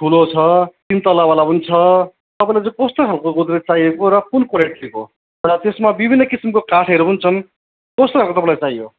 ठुलो छ तिन तल्लावाला पनि छ तपाईँलाई चाहिँ कस्तो खालको गोदरेज चाहिएको र कुन क्वालिटीको र त्यसमा विभिन्न किसिमको काठहरू हुन्छन् कस्तो खालको तपाईँलाई चाहियो